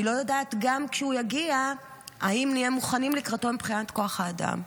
אני גם לא יודעת אם כשהוא יגיע נהיה מוכנים לקראתו מבחינת כוח האדם.